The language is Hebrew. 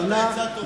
התש"ע 2009,